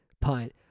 punt